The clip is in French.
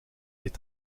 est